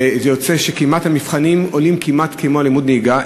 זה יוצא שמבחנים עולים כמעט כמו לימוד הנהיגה,